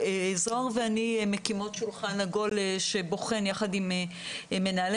זהר ואני מקימות שולחן עגול שבוחן יחד עם מנהלי